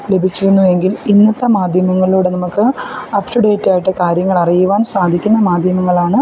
ലഭിച്ചിരുന്നു എങ്കിൽ ഇന്നത്തെ മാധ്യമങ്ങളിലൂടെ നമുക്ക് അപ്പ് ടു ഡേറ്റ് ആയിട്ട് കാര്യങ്ങൾ അറിയുവാൻ സാധിക്കുന്ന മാധ്യമങ്ങളാണ്